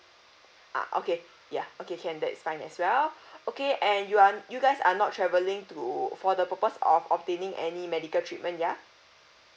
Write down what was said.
ah okay ya okay can that is fine as well okay and you are you guys are not travelling to for the purpose of obtaining any medical treatment ya